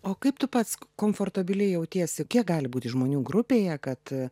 o kaip tu pats komfortabiliai jautiesi kiek gali būti žmonių grupėje kad